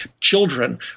Children